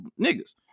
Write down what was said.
niggas